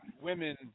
women